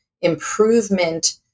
improvement